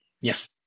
Yes